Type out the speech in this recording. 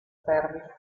service